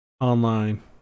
Online